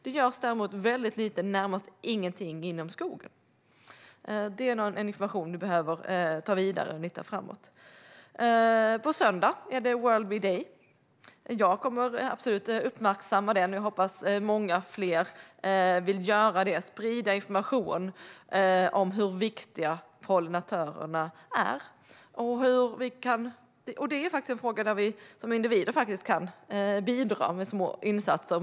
Det görs däremot väldigt lite, närmast ingenting, inom skogen. Det är en information som vi behöver ta vidare. På söndag är det World Bee Day. Jag kommer absolut att uppmärksamma den, och jag hoppas att många fler vill göra det och sprida information om hur viktiga pollinatörerna är. Det är en fråga där vi som individer faktiskt kan bidra med små insatser.